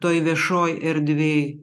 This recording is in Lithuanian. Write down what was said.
toj viešoj erdvėj